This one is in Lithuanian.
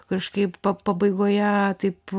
kažkaip pabaigoje taip